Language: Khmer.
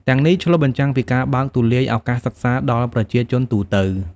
ទាំងនេះឆ្លុះបញ្ចាំងពីការបើកទូលាយឱកាសសិក្សាដល់ប្រជាជនទូទៅ។